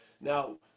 now